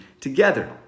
together